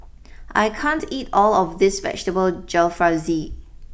I can't eat all of this Vegetable Jalfrezi